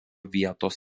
vietos